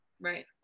Right